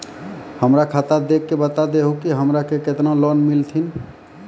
हमरा खाता देख के बता देहु के हमरा के केतना लोन मिलथिन?